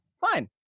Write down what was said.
Fine